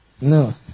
No